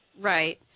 Right